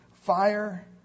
fire